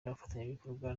n’abafatanyabikorwa